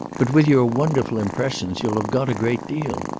but with your wonderful impressions you'll have got a great deal.